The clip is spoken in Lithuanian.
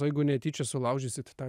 o jeigu netyčia sulaužysit tą